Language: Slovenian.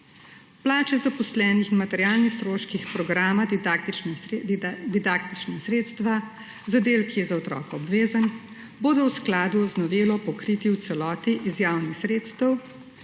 Plače zaposlenih, materialni stroški programa, didaktična sredstva za del, ki je za otroka obvezen, bodo v skladu z novelo pokriti v celoti iz javnih sredstev